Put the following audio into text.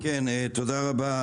כן, תודה רבה.